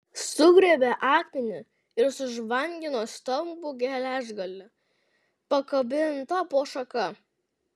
sugriebė akmenį ir sužvangino stambų geležgalį pakabintą po šaka